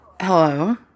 Hello